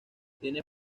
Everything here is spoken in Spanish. tiene